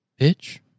bitch